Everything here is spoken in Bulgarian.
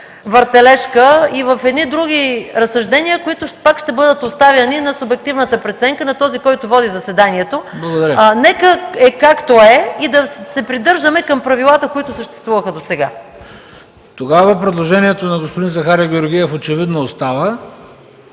въртележка и в едни други разсъждения, които пак ще бъдат оставяни на субективната преценка на този, който води заседанието. Нека е както е и да се придържаме към правилата, които съществуваха досега. ПРЕДСЕДАТЕЛ ХРИСТО БИСЕРОВ: Тогава предложението на господин Захари Георгиев очевидно остава.